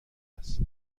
است